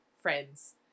friends